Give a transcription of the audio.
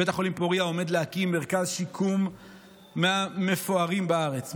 בית החולים פוריה עומד להקים מרכז שיקום מהמפוארים בארץ.